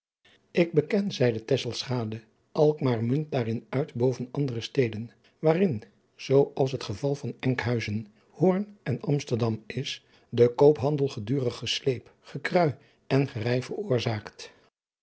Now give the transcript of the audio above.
ik beken zeide tesselschade alkmaar munt daarin uit boven anadriaan loosjes pzn het leven van hillegonda buisman dere steden waarin zoo als het geval van enkhuizen hoorn en amsterdam is de koophandel gedurig gesleep gekrui en gerij veroorzaakt